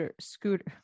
Scooter